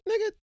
nigga